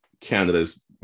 Canada's